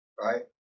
right